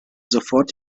sofort